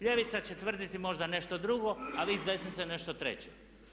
Ljevica će tvrditi možda nešto drugo, a vi s desnice nešto treće.